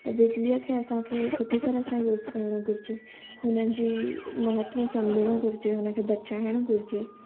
त बिजलीअ खे असांखे सुठी तरह सां यूज़ करिणो घुरिजे हुननि जी महत्त्व सम्झुणो घुरिजे हुन खे बचाइणु घुरिजे